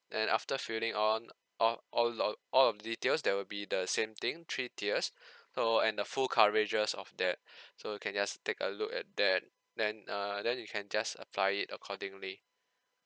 then after filling on of all of all of the details that will be the same thing three tiers so and the full coverages of that so you can just take a look at that then err then you can just apply it accordingly